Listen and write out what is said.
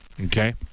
Okay